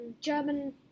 German